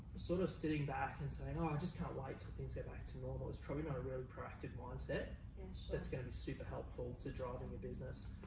sort of sitting back and saying, oh, i just can't like so things go back to normal. is probably not a really practical mindset and so that's gonna be super helpful to driving your business.